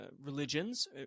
religions